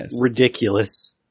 ridiculous